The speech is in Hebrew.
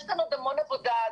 יש עוד המון עבודה.